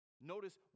Notice